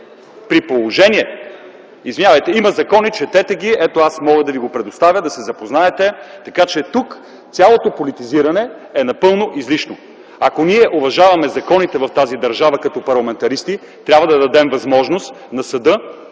Ангел Найденов.) Има закони, четете ги. Аз мога да Ви ги предоставя, за да се запознаете. Така че, тук цялото политизиране е напълно излишно. Ако ние уважаваме закона в тази държава като парламентаристи, трябва да дадем възможност на съда